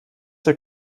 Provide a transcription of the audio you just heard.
der